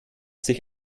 sich